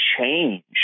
change